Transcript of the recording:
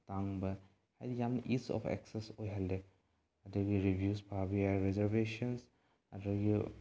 ꯑꯇꯥꯡꯕ ꯍꯥꯏꯗꯤ ꯌꯥꯝꯅ ꯏꯁ ꯑꯣꯐ ꯑꯦꯛꯁꯦꯁ ꯑꯣꯏꯍꯜꯂꯦ ꯑꯗꯒꯤ ꯔꯤꯚ꯭ꯌꯨꯁ ꯄꯥꯕ ꯌꯥꯏ ꯔꯤꯖꯔꯚꯦꯁꯟꯁ ꯑꯗꯩꯁꯨ